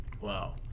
Wow